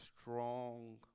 strong